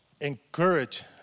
encourage